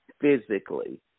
physically